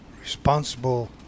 Responsible